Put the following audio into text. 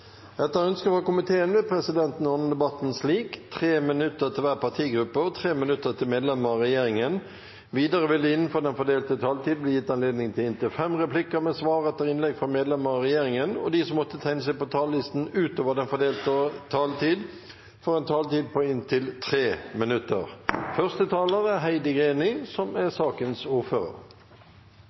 Etter ønske fra kommunal- og forvaltningskomiteen vil presidenten ordne debatten slik: 5 minutter til hver partigruppe og 5 minutter til medlemmer av regjeringen. Videre vil det – innenfor den fordelte taletid – bli gitt anledning til inntil fem replikker med svar etter innlegg fra medlemmer av regjeringen, og de som måtte tegne seg på talerlisten utover den fordelte taletid, får en taletid på inntil 3 minutter.